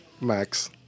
max